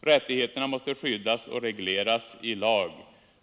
Rättigheterna måste skyddas och regleras i lag.